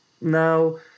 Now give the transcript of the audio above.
Now